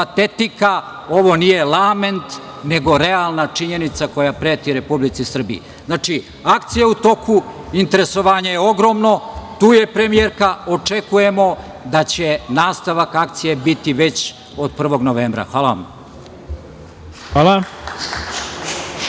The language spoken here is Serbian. patetika, ovo nije lament, nego realna činjenica koja preti Republici Srbiji. Znači, akcija je u toku. Interesovanje je ogromno. Tu je i premijerka. Očekujemo da će nastavak akcije biti već od 1. novembra. Hvala vam. **Ivica